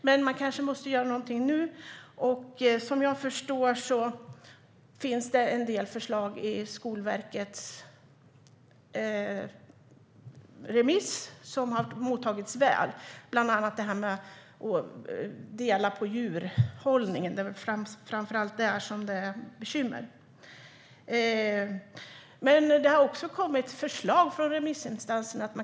Men man måste kanske göra något nu, och som jag förstår har Skolverket en del förslag som har mottagits väl. Bland annat handlar det om att dela på djurhållningen, för det är framför allt där det är bekymmer. Det har också kommit förslag från remissinstanserna.